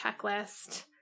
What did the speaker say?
checklist